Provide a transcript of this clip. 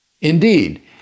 Indeed